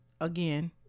again